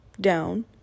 down